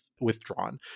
Withdrawn